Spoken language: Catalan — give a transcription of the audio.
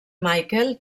michael